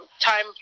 Time